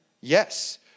Yes